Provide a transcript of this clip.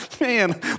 Man